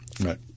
Right